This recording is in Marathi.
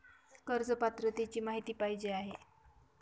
कर्ज पात्रतेची माहिती पाहिजे आहे?